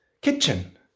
kitchen